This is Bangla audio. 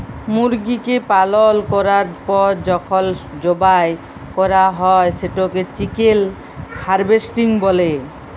মুরগিকে পালল ক্যরার পর যখল জবাই ক্যরা হ্যয় সেটকে চিকেল হার্ভেস্টিং ব্যলে